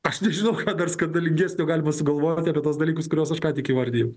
aš nežinau ką dar skandalingesnio galima sugalvoti apie tuos dalykus kuriuos aš ką tik įvardijau